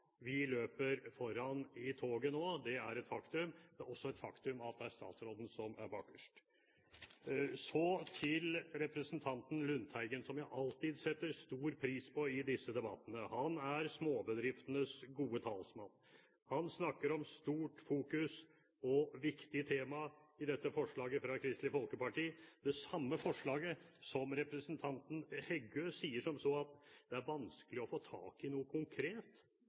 vi løper foran i toget nå – det er et faktum. Det er også et faktum at det er statsråden som er bakerst. Så til representanten Lundteigen, som jeg alltid setter stor pris på i disse debattene. Han er småbedriftenes gode talsmann. Han snakker om «stort fokus» og viktige tema i dette forslaget fra Kristelig Folkeparti – det samme forslaget som representanten Heggø sier som så om: Det er vanskelig å få tak i noe konkret.